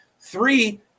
Three